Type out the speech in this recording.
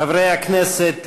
חברי הכנסת,